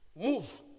Move